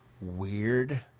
weird